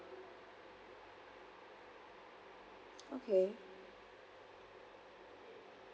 okay